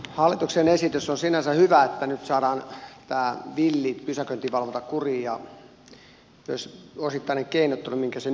hallituksen esitys on sinänsä hyvä niin että nyt saadaan tämä villi pysäköintivalvonta kuriin ja myös osittainen keinottelu mikä sen ympärille on syntynyt